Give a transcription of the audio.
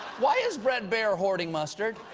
why is bret baier hoarding mustard?